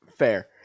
Fair